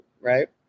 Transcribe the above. right